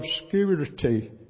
obscurity